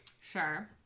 Sure